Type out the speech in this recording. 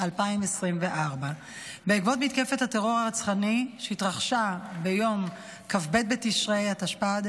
התשפ"ד 2024. בעקבות מתקפת הטרור הרצחני שהתרחשה ביום כ"ב בתשרי התשפ"ד,